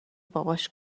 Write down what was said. باباش